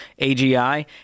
AGI